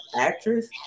actress